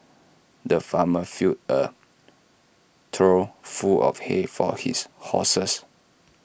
the farmer filled A trough full of hay for his horses